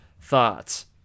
Thoughts